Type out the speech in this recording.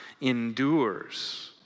endures